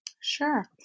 Sure